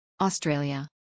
Australia